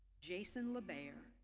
jason labear,